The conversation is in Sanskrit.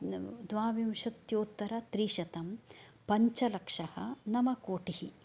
द्वाविंशत्योत्तरत्रिशतं पञ्चलक्षं नवकोटिः